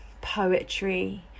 poetry